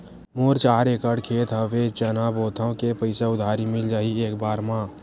मोर चार एकड़ खेत हवे चना बोथव के पईसा उधारी मिल जाही एक बार मा?